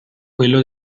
quello